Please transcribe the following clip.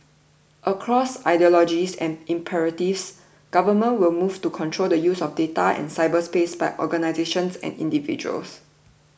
across ideologies and imperatives governments will move to control the use of data and cyberspace by organisations and individuals